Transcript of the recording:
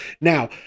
Now